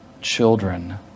children